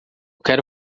quero